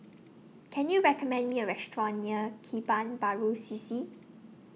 Can YOU recommend Me A Restaurant near Kebun Baru C C